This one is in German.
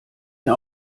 mir